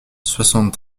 soixante